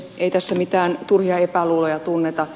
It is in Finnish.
ei tässä mitään turhia epäluuloja tunneta